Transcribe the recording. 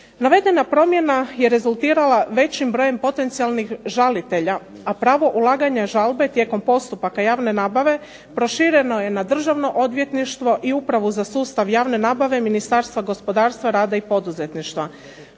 Navedena promjena je rezultirala većim brojem potencijalnih žalitelja, a pravo ulaganja žalbe tijekom postupaka javne nabave prošireno je na Državno odvjetništvo i Upravu za sustav javne nabave Ministarstva gospodarstva, rada i poduzetništva.